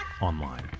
online